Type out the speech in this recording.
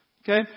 Okay